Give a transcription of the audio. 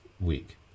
week